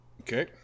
Okay